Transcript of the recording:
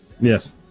Yes